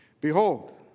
Behold